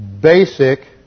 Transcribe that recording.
basic